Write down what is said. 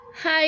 Hi